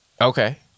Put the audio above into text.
Okay